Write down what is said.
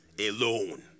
alone